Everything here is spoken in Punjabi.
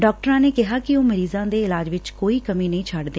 ਡਾਕਟਰਾਂ ਨੇ ਕਿਹਾ ਕਿ ਉਹ ਮਰੀਜ਼ਾਂ ਦੇ ਇਲਾਜ ਵਿਚ ਕੋਈ ਕਮੀ ਨਹੀਂ ਛੱਡਦੇ